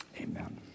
amen